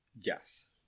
Yes